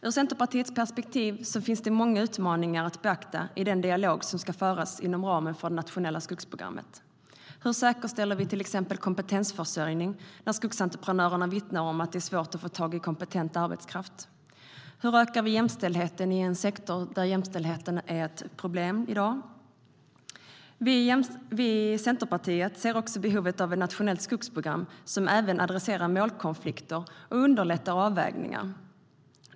Ur Centerpartiets perspektiv finns det många utmaningar att beakta i den dialog som ska föras inom ramen för det nationella skogsprogrammet. Hur säkerställer vi till exempel kompetensförsörjningen? Skogsentreprenörerna vittnar om att det är svårt att få tag i kompetent arbetskraft. Hur ökar vi jämställdheten i en sektor där jämställdheten i dag är ett problem? Vi i Centerpartiet ser också behovet av ett nationellt skogsprogram som även adresserar målkonflikter och underlättar avvägningar.